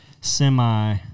semi-